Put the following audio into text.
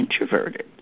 introverted